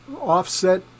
offset